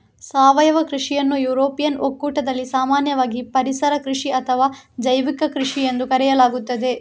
ಸಾವಯವ ಕೃಷಿಯನ್ನು ಯುರೋಪಿಯನ್ ಒಕ್ಕೂಟದಲ್ಲಿ ಸಾಮಾನ್ಯವಾಗಿ ಪರಿಸರ ಕೃಷಿ ಅಥವಾ ಜೈವಿಕ ಕೃಷಿಎಂದು ಕರೆಯಲಾಗುತ್ತದೆ